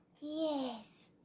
Yes